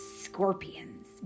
Scorpions